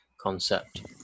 concept